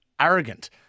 arrogant